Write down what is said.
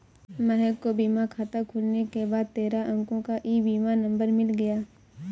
महक को बीमा खाता खुलने के बाद तेरह अंको का ई बीमा नंबर मिल गया